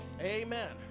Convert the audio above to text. Amen